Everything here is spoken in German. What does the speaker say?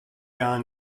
gar